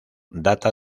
data